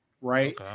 right